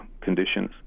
conditions